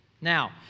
Now